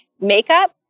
makeup